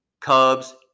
Cubs